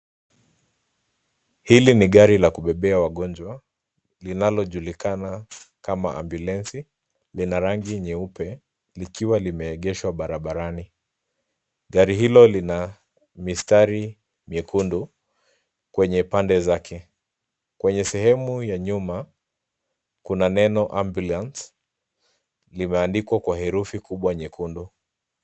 Hili ni gari la kubebea wagonjwa linalojulikana kama ambulensi . Lina rangi nyeupe likiwa limeegeshwa barabarani. Gari hilo lina mistari mekundu kwenye pande zake. Kwenye sehemu ya nyuma, kuna neno ambulance limeandikwa kwa herufi kubwa nyekundu.